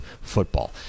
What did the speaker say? football